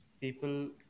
people